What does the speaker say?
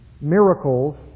Miracles